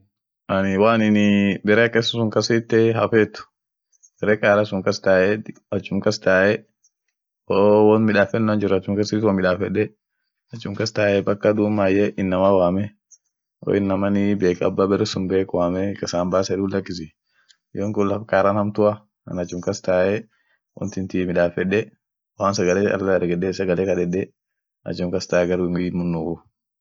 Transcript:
Us ada ishianii ada biriaa iyo amine won birii jira akii afaa ishii dubetu iyoo wonii akaa muzikia afaa wari faa danoati iyo sagale ishii nyatu iyoo bolia dinineni taa kiristoat amine sherianen tam ishia kabd sheria taa fandaan sunen tam ishia kabd technology nenii lila oljirt